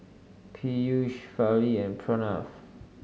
Peyush Fali and Pranav